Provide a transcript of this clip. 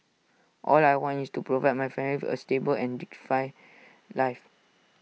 all I want is to provide my family A stable and dignified life